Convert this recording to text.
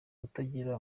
kutagira